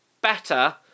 better